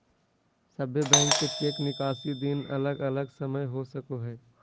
सभे बैंक के चेक निकासी दिन अलग अलग समय हो सको हय